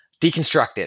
Deconstructed